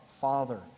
Father